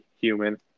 human